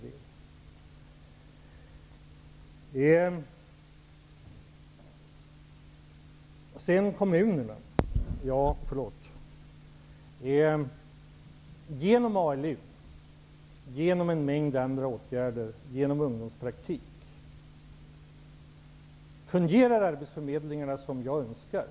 Sedan till situationen i kommunerna. Genom ALU, genom en mängd andra åtgärder och genom ungdomspraktik fungerar arbetsförmedlingarna som jag önskar.